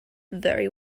very